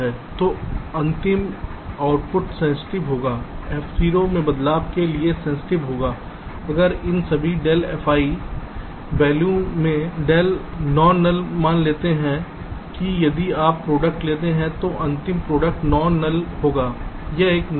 तो अंतिम output sensitive होगा f0 में बदलने के लिए सेंसिटिव होगा अगर इन सभी del fi वैल्यू में del नॉन नल मान देते हैं कि यदि आप प्रोडक्ट लेते हैं तो अंतिम प्रोडक्ट नॉन नल होगा यह है मूल विचार